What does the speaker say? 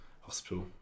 Hospital